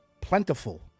plentiful